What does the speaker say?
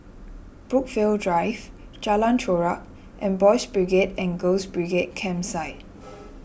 Brookvale Drive Jalan Chorak and Boys' Brigade and Girls' Brigade Campsite